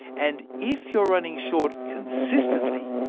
and if you're running short consistently,